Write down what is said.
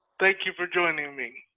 thank you for joining me.